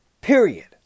Period